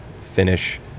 finish